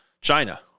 China